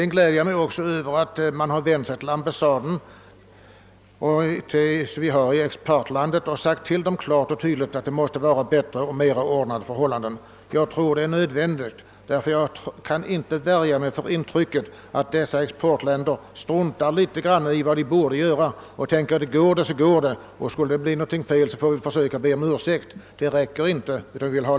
Jag gläder mig också över att man har vänt sig till ambassaden för vår handelspartners land och klart och tydligt framhållit nödvändigheten av att en effektiv sådan kontroll utföres under bättre och mera ordnade förhållanden än vad som nu är fallet. Jag tror detta var nödvändigt. Jag kan nämligen inte värja mig för intrycket, att dessa exportländer gärna struntar i vad de borde göra, i förhoppningen »går det så går det, och skulle det upptäckas något fel, får vi väl be om ursäkt». Det räcker inte att ha en sådan inställning!